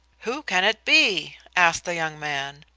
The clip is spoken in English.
who can it be? asked the young man.